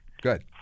Good